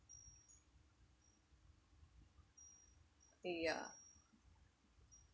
ya